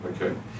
okay